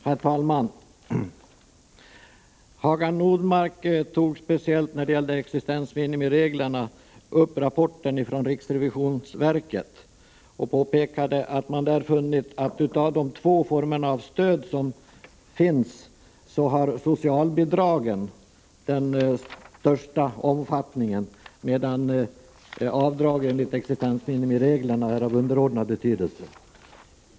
Herr talman! Hagar Normark tog speciellt när det gällde existensminimireglerna upp rapporten från riksrevisionsverket och påpekade att man där funnit att av de två formerna av stöd som finns har socialbidragen den största omfattningen, medan avdrag enligt existensminimireglerna är av underordnad betydelse.